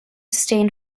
stain